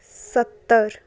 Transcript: ਸੱਤਰ